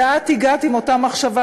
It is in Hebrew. ואת הגעת עם אותה מחשבה,